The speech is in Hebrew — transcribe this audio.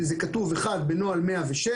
זה כתוב בנוהל 106,